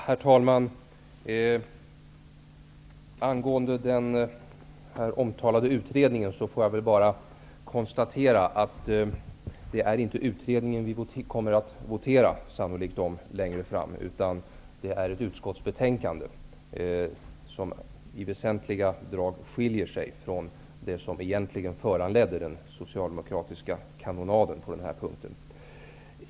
Herr talman! När det gäller den omtalade utredningen kan jag bara konstatera att det inte är utredningen som vi kommer att votera om längre fram, utan det är ett utskottsbetänkande som i väsentliga drag skiljer sig från det som egentligen föranledde den socialdemokratiska kanonaden på den här punkten.